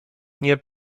nie